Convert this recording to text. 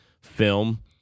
film